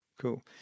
Cool